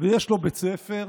ויש לו בית ספר.